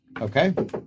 Okay